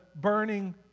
burning